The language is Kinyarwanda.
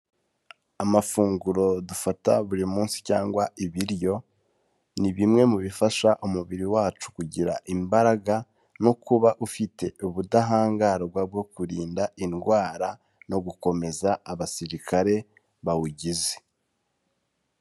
Amafunguro dufata buri munsi cyangwa ibiryo, ni bimwe mu bifasha umubiri wacu kugira imbaraga, no kuba ufite ubudahangarwa bwo kurinda indwara, no gukomeza abasirikare bawugize.